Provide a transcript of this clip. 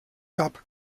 gab